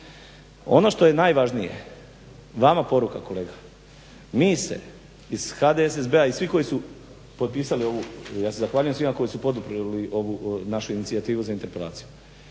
ono što je najvažnije vama poruka kolega mi se iz HDSSB-a i svi koji su potpisali ovu, ja se zahvaljujem svima koji su poduprli ovu našu inicijativu za interpelaciju.